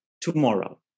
tomorrow